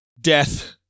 death